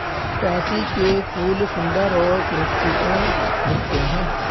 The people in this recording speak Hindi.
पैंसी के फूल सुंदर और सुरुचिपूर्ण दिखते हैं